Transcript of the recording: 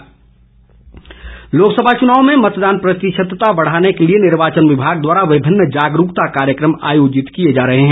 SVEEP Lok Sabha चुनाव में मतदान प्रतिशतता बढ़ाने के लिए निर्वाचन विभाग द्वारा विभिन्न जागरूकता कार्यक्रम आयोजित किए जा रहे हैं